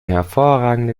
hervorragende